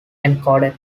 encoded